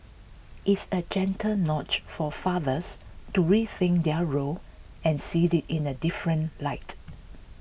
it's A gentle nudge for fathers to rethink their role and see they in A different light